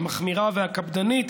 המחמירה והקפדנית,